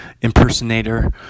impersonator